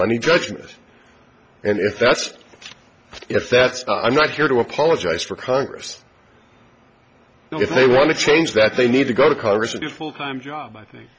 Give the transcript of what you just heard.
money judgment and if that's if that's i'm not here to apologize for congress if they want to change that they need to go to congress to do full time job thank